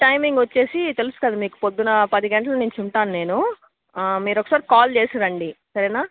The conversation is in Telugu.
టైమింగ్ వచ్చి తెలుసు కదా మీకు పొద్దున్న పది గంటల నుండి ఉంటాను నేను మీరు ఒకసారి కాల్ చేసి రండి సరేనా